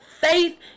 Faith